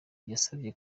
yasabye